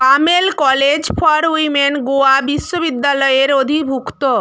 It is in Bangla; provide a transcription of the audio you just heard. আমেল কলেজ ফর উইমেন গোয়া বিশ্ববিদ্যালয়ের অধিভুক্ত